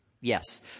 Yes